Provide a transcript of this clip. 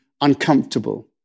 uncomfortable